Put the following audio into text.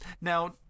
Now